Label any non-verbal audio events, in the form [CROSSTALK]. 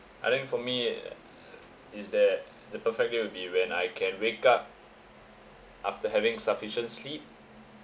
I think for me [NOISE] is that the perfect day would be when I can wake up after having sufficient sleep